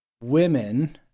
women